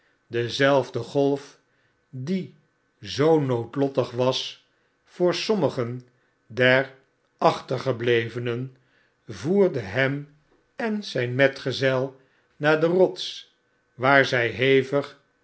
dezelfde golf die zoo noodlottig was voor sommigen der achtergeblevenen voerde hem en zyn metgezel naar de rots waar zij hevig